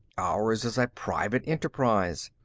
ours is a private enterprise.